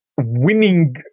winning